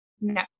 No